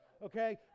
Okay